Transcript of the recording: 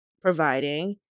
providing